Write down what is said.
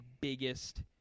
biggest